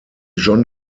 john